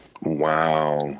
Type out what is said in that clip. wow